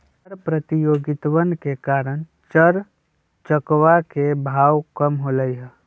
कर प्रतियोगितवन के कारण चर चकवा के भाव कम होलय है